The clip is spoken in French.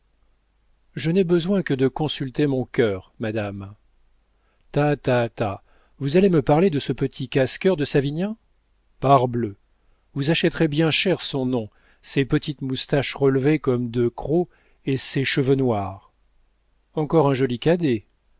je n'ai besoin que de consulter mon cœur madame ta ta ta vous allez me parler de ce petit casse cœur de savinien parbleu vous achèterez bien cher son nom ses petites moustaches relevées comme deux crocs et ses cheveux noirs encore un joli cadet